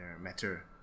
matter